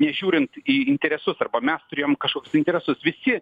nežiūrint į interesus arba mes turėjom kažkokius tai interesus visi